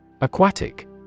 Aquatic